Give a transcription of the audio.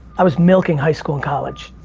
i was milking high school and college.